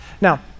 Now